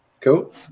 Cool